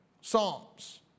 psalms